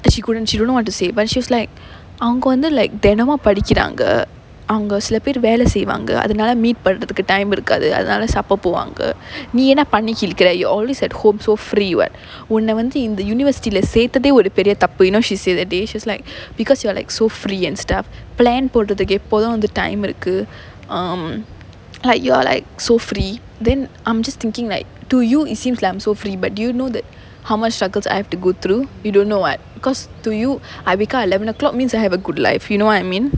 and she couldn't she don't know want to say but she was like அவங்க வந்து:avanga vanthu like தெனமும் படிக்கிறாங்க அவங்க சில பேரு வேல செய்வாங்க அதுனால:thenamum padikkiraanga avanga sila peru vela seivaanga athunaala meet பண்றதுக்கு:pandrathuku time இருக்காது அதுனால:irukkaathu athunaala supper போவாங்க நீ என்ன பண்ணி கிழிக்கிற:povaanga nee enna panni kilikkira you're always at home so free [what] உன்ன வந்து இந்த:unna vanthu intha university leh சேத்ததே ஒரு பெரிய தப்பு:sethathae oru periya thappu you know she say that day she was like because you are like so free and stuff plan போடுறதுக்கு எப்போதும்:podurathukku eppothum time இருக்கு:irukku like you are like so free then I'm just thinking like to you it seems like I'm so free but do you know that how much struggles I have to go through you don't know [what] because to you I wake up at eleven O clock means I have a good life you know what I mean